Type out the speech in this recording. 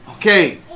Okay